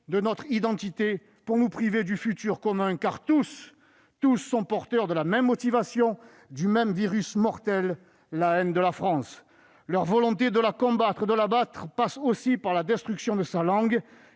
de notre identité pour nous priver du futur commun. Tous sont porteurs de la même motivation, du même virus mortel : la haine de la France. Leur volonté de la combattre, de l'abattre, passe aussi par la destruction de sa langue,